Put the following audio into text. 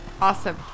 Awesome